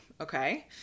Okay